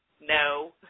No